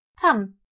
Come